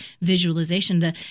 visualization